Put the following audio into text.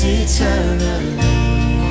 eternally